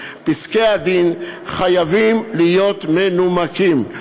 פסקי-הדין חייבים להיות מנומקים,